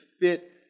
fit